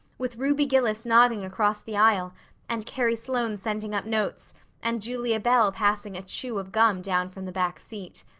with ruby gillis nodding across the aisle and carrie sloane sending up notes and julia bell passing a chew of gum down from the back seat.